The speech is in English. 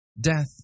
Death